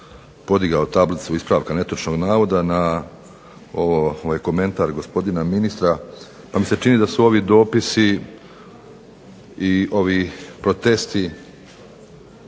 podigao tablicu ispravka netočnog navoda, na ovaj komentar gospodina ministra, pa mi se čini da su ovi dopisi i ovi protesti